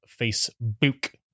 Facebook